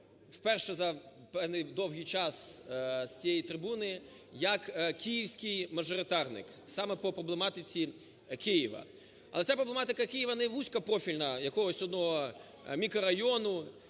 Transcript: вперше за недовгий час з цієї трибуни як київський мажоритарник саме по проблематиці Києва. А ця проблематика Києва не вузькопрофільна якогось одного мікрорайону.